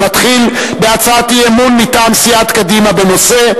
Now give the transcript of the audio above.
נתחיל בהצעת אי-אמון מטעם סיעת קדימה בנושא: